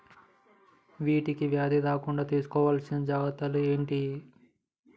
వీటికి వ్యాధి రాకుండా తీసుకోవాల్సిన జాగ్రత్తలు ఏంటియి?